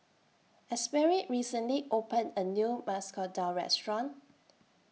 Asberry recently opened A New Masoor Dal Restaurant